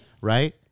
right